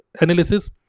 analysis